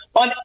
on